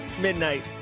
midnight